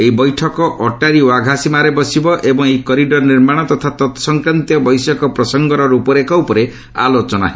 ଏହି ବୈଠକ ଅଟ୍ଟାରି ୱାଘା ସୀମାରେ ବସିବ ଏବଂ ଏହି କରିଡର୍ ନର୍ମାଣ ତଥା ତତ୍ସଂକ୍ରାନ୍ତୀୟ ବୈଷୟିକ ପ୍ରସଙ୍ଗର ରୂପରେଖ ଉପରେ ଆଲୋଚନା ହେବ